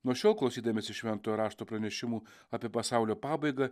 nuo šiol klausydamiesi šventojo rašto pranešimų apie pasaulio pabaigą